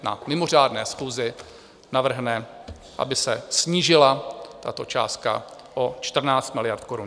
Na mimořádné schůzi navrhne, aby se snížila tato částka o 14 miliard korun.